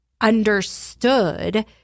understood